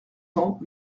cents